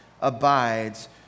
abides